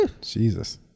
Jesus